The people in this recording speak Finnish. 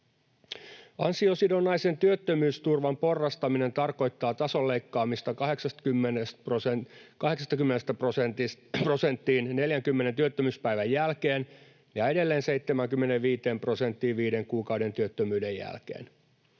Ansiosidonnaisen työttömyysturvan porrastaminen tarkoittaa tason leikkaamista 80 prosenttiin 40 työttömyyspäivän jälkeen ja edelleen 75 prosenttiin viiden kuukauden työttömyyden jälkeen.